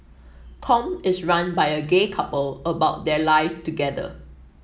Com is run by a gay couple about their life together